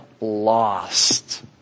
lost